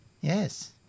Yes